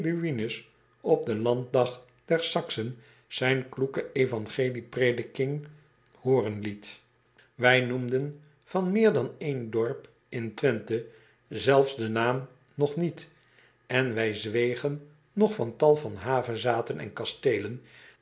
op den landdag der aksen zijn kloeke vangelieprediking hooren liet ij noemden van meer dan één dorp in wenthe zelfs den naam nog niet en wij zwegen nog van tal van havezathen en kasteelen